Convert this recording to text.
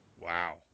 Wow